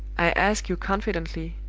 i ask you confidently,